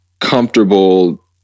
comfortable